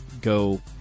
go